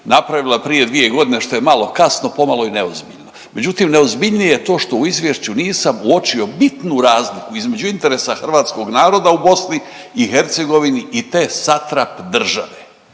napravila prije dvije godine, što je malo kasno, pomalo i neozbiljno. Međutim, neozbiljnije je to što u izvješću nisam uočio bitnu razliku između interesa hrvatskog naroda u BiH i te satrap države,